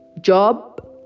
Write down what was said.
job